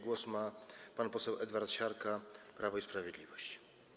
Głos ma pan poseł Edward Siarka, Prawo i Sprawiedliwość.